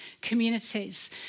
communities